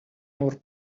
our